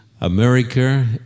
America